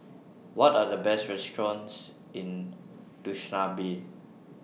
What Are The Best restaurants in Dushanbe